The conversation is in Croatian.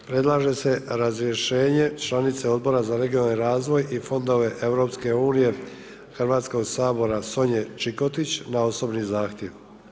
Predlaže se razrješenje članice Odbora za regionalni razvoja i fondove EU-a Hrvatskog sabora Sonje Čikotić na osobni zahtjev.